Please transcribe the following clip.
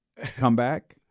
comeback